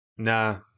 Nah